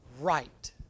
right